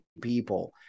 people